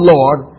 Lord